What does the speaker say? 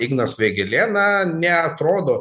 ignas vėgėlė na neatrodo